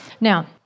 Now